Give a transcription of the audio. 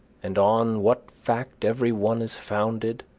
and on what fact every one is founded,